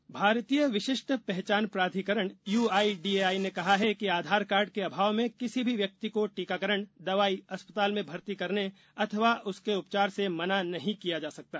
टीकाकरण आईडी भारतीय विशिष्ट पहचान प्राधिकरण यूआईडीएआई ने कहा है कि आधार कार्ड के अभाव में किसी भी व्यक्ति को टीकाकरण दवाई अस्पताल में भर्ती करने अथवा उसके उपचार से मना नहीं किया जा सकता